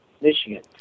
Michigan